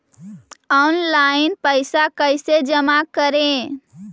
Online पैसा कैसे जमा करे?